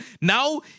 Now